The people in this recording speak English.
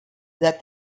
that